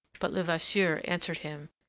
but levasseur answered him,